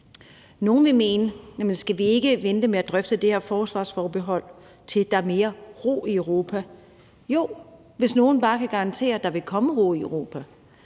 Nogle vil spørge, om vi ikke skal vente med at drøfte det her forsvarsforbehold, til der er ro i Europa. Jo, hvis nogen bare kan garantere, at der vil komme ro i Europa.